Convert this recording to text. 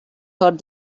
heard